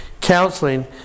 counseling